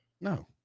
no